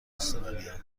استرالیا